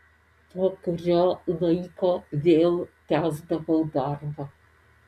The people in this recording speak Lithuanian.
po kurio laiko vėl tęsdavau darbą